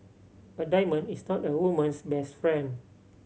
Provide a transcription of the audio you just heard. a diamond is not a woman's best friend